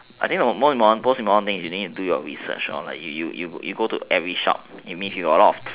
I think the most most important thing you need to do your research lor like you go to every shop if you have a lot